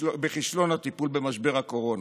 בכישלון הטיפול במשבר הקורונה,